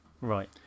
Right